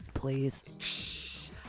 please